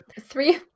three